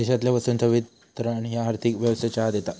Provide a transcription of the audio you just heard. देशातल्या वस्तूंचा वितरण ह्या आर्थिक व्यवस्थेच्या आत येता